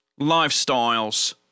lifestyles